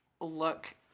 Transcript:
look